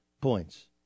points